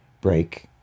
break